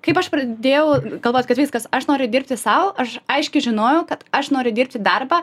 kaip aš pradėjau galvot kad viskas aš noriu dirbti sau aš aiškiai žinojau kad aš noriu dirbti darbą